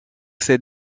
cette